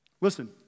Listen